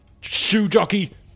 shoe-jockey